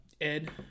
Ed